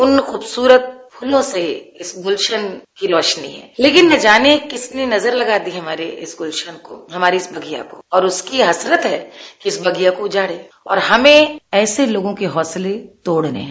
उन खूबसूरत फूलों से इस गुलशन की रोशनी है लेकिन न जाने किसने नजर लगा दी है हमारे इस गुलशन को हमारे इस बगिया को और उसकी हसरत है कि इस बगिया को उजाड़ें और हमें ऐसी लोगों के हौसले तोड़ने हैं